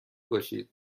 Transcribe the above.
باشید